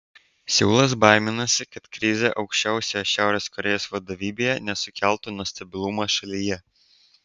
seulas baiminasi kad krizė aukščiausioje šiaurės korėjos vadovybėje nesukeltų nestabilumo šalyje